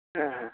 ए